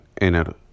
inner